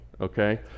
Okay